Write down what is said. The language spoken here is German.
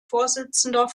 vorsitzender